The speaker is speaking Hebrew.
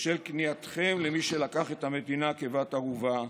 בשל כניעתכם למי שלקח את המדינה כבת ערובה,